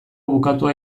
bukatua